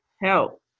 help